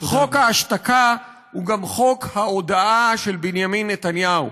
חוק ההשתקה הוא גם חוק ההודאה של בנימין נתניהו.